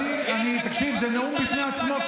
אני אמרתי דבר אחד.